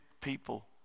people